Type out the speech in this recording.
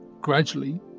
gradually